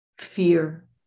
Fear